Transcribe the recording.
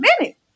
minute